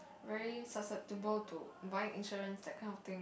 very susceptible to buy insurance that kind of thing